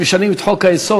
משנים את חוק-היסוד.